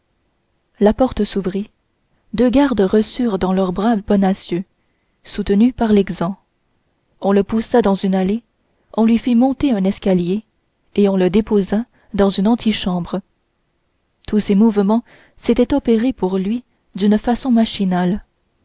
la porte s'ouvrit deux gardes reçurent dans leurs bras bonacieux soutenu par l'exempt on le poussa dans une allée on lui fit monter un escalier et on le déposa dans une antichambre tous ces mouvements s'étaient opérés pour lui d'une façon machinale